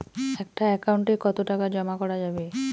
একটা একাউন্ট এ কতো টাকা জমা করা যাবে?